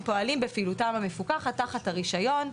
פועלים בפעילותם המפוקחת תחת הרישיון,